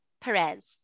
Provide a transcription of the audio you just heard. Perez